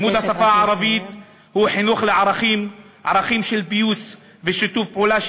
לימוד השפה הערבית הוא חינוך לערכים: ערכים של פיוס ושיתוף פעולה,